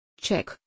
Check